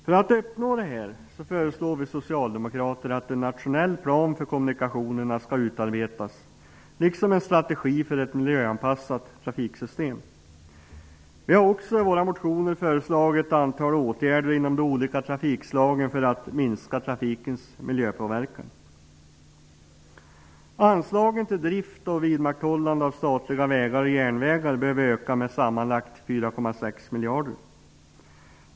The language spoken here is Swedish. För att vi skall kunna uppnå detta föreslår vi socialdemokrater att en nationell plan för kommunikationerna skall utarbetas, liksom en strategi för ett miljöanpassat trafiksystem. Vi har också i våra motioner föreslagit ett antal åtgärder inom de olika trafikslagen för att minska trafikens miljöpåverkan. Anslagen till drift och vidmakthållande av statliga vägar och järnvägar behöver ökas med sammanlagt 4,6 miljarder kronor.